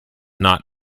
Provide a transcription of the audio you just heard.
not